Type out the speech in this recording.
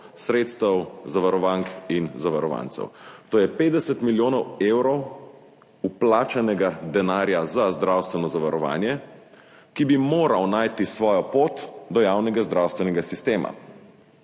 sredstev zavarovank in zavarovancev. To je 50 milijonov evrov vplačanega denarja za zdravstveno zavarovanje, ki bi moral najti svojo pot do javnega zdravstvenega sistema.